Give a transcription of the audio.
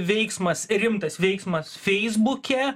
veiksmas rimtas veiksmas feisbuke